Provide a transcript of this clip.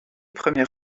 première